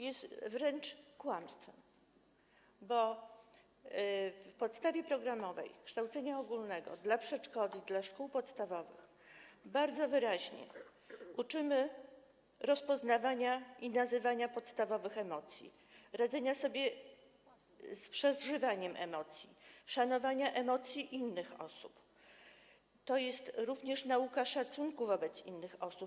Jest wręcz kłamstwem, bo w ramach podstawy programowej kształcenia ogólnego dla przedszkoli i dla szkół podstawowych bardzo wyraźnie uczymy rozpoznawania i nazywania podstawowych emocji, radzenia sobie z przeżywaniem emocji, szanowania emocji innych osób, to jest również nauka szacunku wobec innych osób.